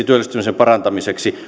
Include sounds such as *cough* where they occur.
*unintelligible* työllistymisen parantamiseksi